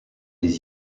les